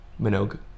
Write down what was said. Minogue